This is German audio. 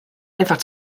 einfach